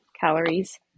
calories